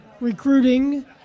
Recruiting